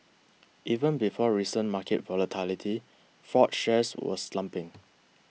even before recent market volatility Ford's shares were slumping